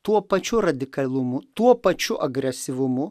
tuo pačiu radikalumu tuo pačiu agresyvumu